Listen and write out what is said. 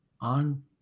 on